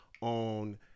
on